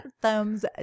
Thumbs